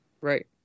Right